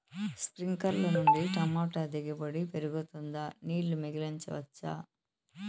స్ప్రింక్లర్లు నుండి టమోటా దిగుబడి పెరుగుతుందా? నీళ్లు మిగిలించవచ్చా?